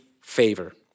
favor